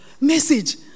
Message